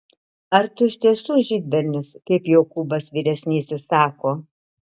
ar tu iš tiesų žydbernis kaip jokūbas vyresnysis sako